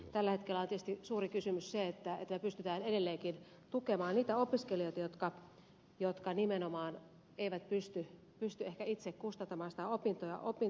tällä hetkellä on tietysti suuri kysymys se että pystytään edelleenkin tukemaan niitä opiskelijoita jotka nimenomaan eivät pysty ehkä itse kustantamaan opiskeluaan